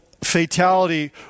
fatality